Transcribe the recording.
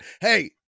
Hey